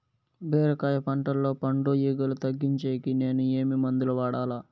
బీరకాయ పంటల్లో పండు ఈగలు తగ్గించేకి నేను ఏమి మందులు వాడాలా?